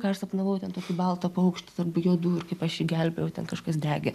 ką aš sapnavau ten tokį baltą paukštį tarp juodų ir kaip aš jį gelbėjau ten kažkas degė